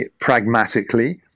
pragmatically